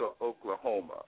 Oklahoma